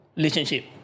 Relationship